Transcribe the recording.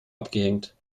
abgehängt